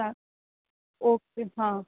चाल ओके हां